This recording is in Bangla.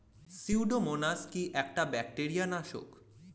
সিউডোমোনাস কি একটা ব্যাকটেরিয়া নাশক?